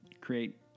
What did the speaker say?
create